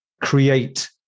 create